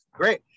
Great